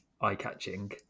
eye-catching